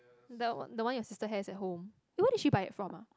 the one the one your sister has at home you wanted she buy it from ah